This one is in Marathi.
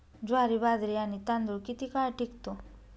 ज्वारी, बाजरी आणि तांदूळ किती काळ टिकतो?